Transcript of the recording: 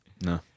No